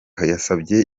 yasabye